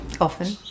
often